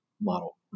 model